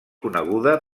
coneguda